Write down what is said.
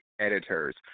editors